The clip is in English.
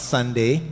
Sunday